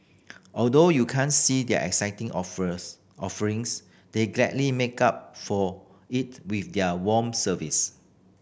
although you can't see their exciting offerings they gladly make up for it with their warm service